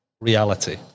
reality